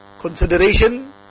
consideration